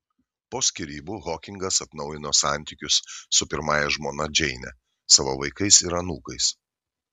po skyrybų hokingas atnaujino santykius su pirmąja žmona džeine savo vaikais ir anūkais